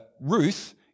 Ruth